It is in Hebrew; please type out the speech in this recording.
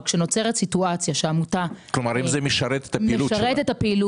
כאשר מגישים את הבקשה